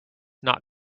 not